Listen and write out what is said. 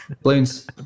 Balloons